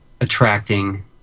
attracting